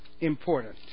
important